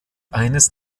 eines